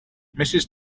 mrs